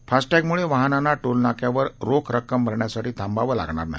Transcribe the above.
फास्टॅगमुळे वाहनांना टोल नाक्यांवर रोख रक्कम भरण्यासाठी थांबावं लागणार नाही